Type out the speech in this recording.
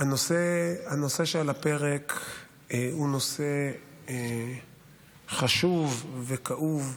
הנושא שעל הפרק הוא נושא חשוב וכאוב,